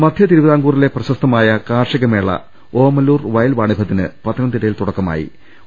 മദ്ധ്യ തിരുവിതാംകൂറിലെ പ്രശസ്തമായ കാർഷിക മേള ഓമല്ലൂർ വയൽ വാണിഭത്തിന് പത്തനംതിട്ടയിൽ തുടക്ക മായി